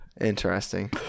Interesting